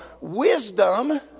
wisdom